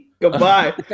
Goodbye